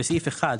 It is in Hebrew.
בסעיף 1,